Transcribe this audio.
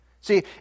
See